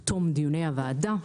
בתום דיוני הוועדה,